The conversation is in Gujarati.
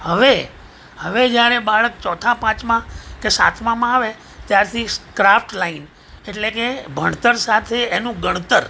હવે હવે જ્યારે બાળક ચોથા પાચમા કે સાતમામાં આવે ત્યારથી ક્રાફ્ટ લાઈન એટલે કે ભણતર સાથે એનું ગણતર